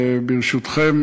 ברשותכם,